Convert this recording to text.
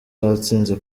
batsinze